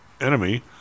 enemy